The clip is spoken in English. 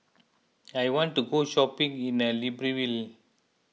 I want to go shopping in Libreville